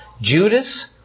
Judas